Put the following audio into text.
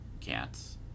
cats